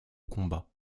combats